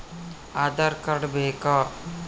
Aadhaar card ಬೇಕಾ?